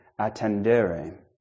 attendere